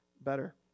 better